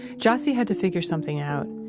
jassy had to figure something out.